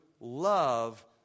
love